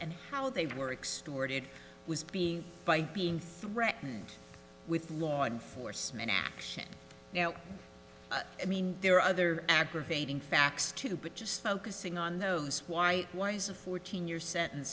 and how they were extorted was being by being threatened with law enforcement action i mean there are other aggravating facts too but just focusing on those why why is a fourteen year sentence